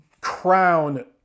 crown